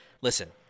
listen